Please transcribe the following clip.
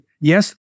yes